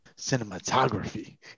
cinematography